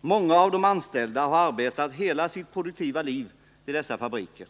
Många av de anställda har arbetat hela sitt produktiva liv i dessa fabriker.